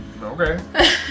Okay